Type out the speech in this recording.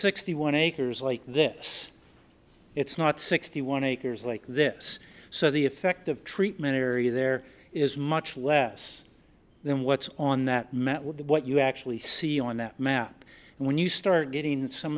sixty one acres like this it's not sixty one acres like this so the effective treatment area there is much less than what's on that met with what you actually see on that map and when you start getting in some